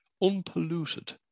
unpolluted